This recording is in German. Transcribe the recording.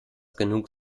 genug